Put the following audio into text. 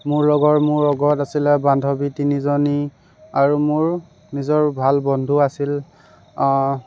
মোৰ লগৰ মোৰ লগত আছিলে বান্ধবী তিনিজনী আৰু মোৰ নিজৰ ভাল বন্ধু আছিল